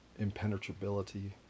impenetrability